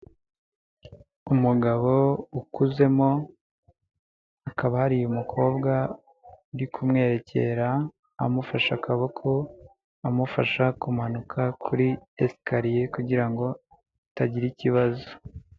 Umugabo ukuzemo, hakaba hari umukobwa uri kumwerekera amufashe akaboko, amufasha kumanuka kuri esikariye kugira ngo itagira ikibazo.